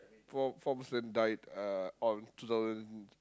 four four person died uh on two thousand